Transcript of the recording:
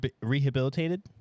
rehabilitated